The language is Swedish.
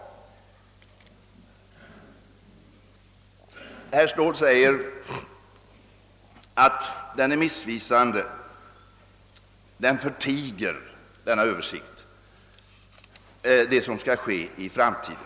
Herr Ståhl påstår alltså att denna översikt är missvisande och att den förtiger vad som skall ske i framtiden.